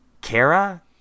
Kara